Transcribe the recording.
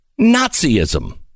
Nazism